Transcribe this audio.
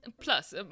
Plus